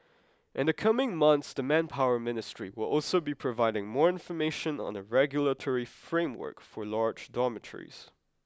in the coming months the Manpower Ministry will also be providing more information on a regulatory framework for large dormitories